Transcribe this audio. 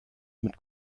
mit